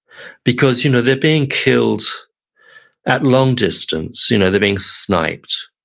because you know they're being killed at long distance. you know they're being sniped,